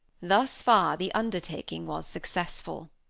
thus far the undertaking was successful.